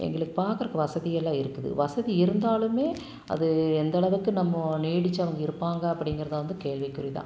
எங்களுக்கு பார்க்கறக்கு வசதி எல்லாம் இருக்குது வசதி இருந்தாலுமே அது எந்தளவுக்கு நம்ம நீடித்து அவங்க இருப்பாங்கள் அப்படிங்கிறத வந்து கேள்விக்குறி தான்